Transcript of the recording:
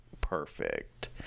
perfect